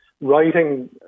writing